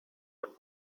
und